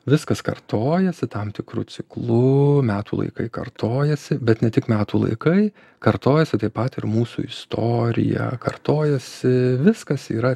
viskas kartojasi tam tikru ciklu metų laikai kartojasi bet ne tik metų laikai kartojasi taip pat ir mūsų istorija kartojasi viskas yra